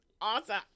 Awesome